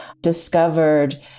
discovered